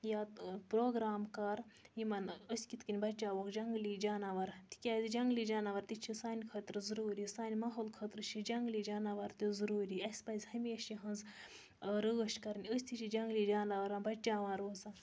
یا پرٛوگرام کَر یِمَن أسۍ کِتھ کٔنۍ بَچاووکھ جنٛگلی جاناوَر تِکیازِ جنٛگلی جاناوَر تہِ چھِ سانہِ خٲطرٕ ضروٗری سانہِ ماحول خٲطرٕ چھِ جنٛگلی جاناوَر تہِ ضروٗری اَسہِ پَزِ ہمیشہِ یِہٕنٛز رٲچھ کَرٕنۍ أسۍ تہِ چھِ جنٛگلی جاناوَرن بَچاوان روزان